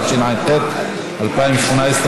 התשע"ח 2018,